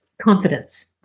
confidence